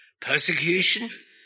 Persecution